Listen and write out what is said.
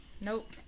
Nope